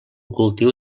cultiu